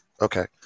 okay